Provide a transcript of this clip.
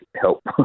help